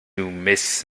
miss